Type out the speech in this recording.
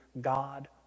God